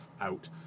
out